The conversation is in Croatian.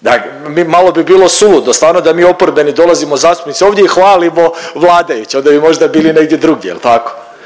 dak… malo bi bilo suludo stvarno da mi oporbeni dolazimo zastupnici ovdje i hvalimo vladajuće. Onda bi možda bili negdje drugdje jel tako.